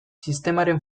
sistemaren